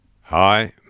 Hi